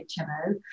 HMO